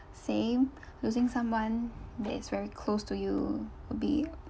same losing someone that is very close to you would be